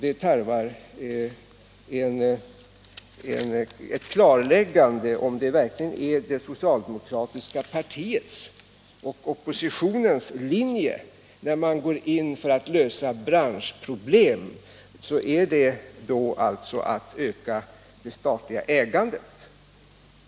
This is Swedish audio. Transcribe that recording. Det fordras ett klarläggande, om det verkligen är det socialdemokratiska partiets och oppositionens linje att vad som behövs för att lösa branschens problem är att man ökar det statliga ägandet.